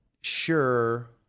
sure